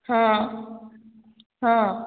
ହଁ ହଁ